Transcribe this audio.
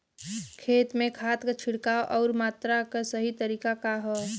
खेत में खाद क छिड़काव अउर मात्रा क सही तरीका का ह?